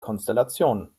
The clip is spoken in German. konstellation